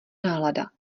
nálada